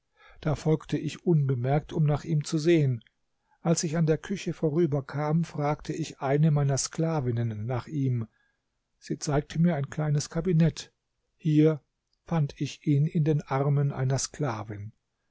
da folgte ich unbemerkt um nach ihm zu sehen als ich an der küche vorüberkam fragte ich eine meiner sklavinnen nach ihm sie zeigte mir ein kleines kabinett hier fand ich ihn in den armen einer sklavin